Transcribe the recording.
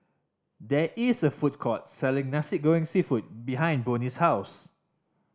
there is a food court selling Nasi Goreng Seafood behind Bonny's house